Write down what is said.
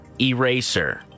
eraser